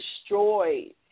destroyed